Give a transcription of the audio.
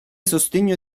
sostegno